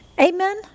Amen